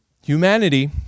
Humanity